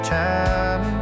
time